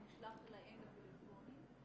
הוא נשלח להם לטלפונים.